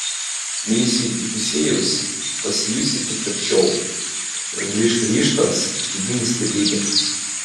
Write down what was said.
mėnesiui įpusėjus pasijusite tvirčiau grįš ryžtas vidinė stiprybė